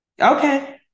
okay